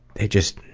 it just,